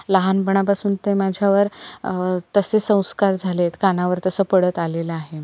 लहानपणापासून ते माझ्यावर तसे संस्कार झालेत कानावर तसं पडत आलेलं आहे